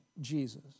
Jesus